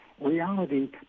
Reality